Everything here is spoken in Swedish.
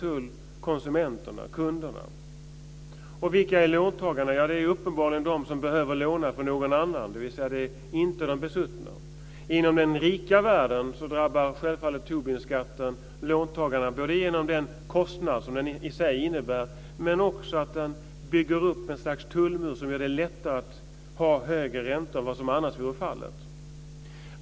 Vilka är konsumenterna eller låntagarna? Det är uppenbarligen de som behöver låna från någon annan, dvs. inte de besuttna. Inom den rika världen drabbar självfallet Tobinskatten låntagarna både genom den kostnad som den i sig innebär och genom att den bygger upp ett slags tullmur som gör det lättare att sätta högre räntor än vad som annars vore fallet.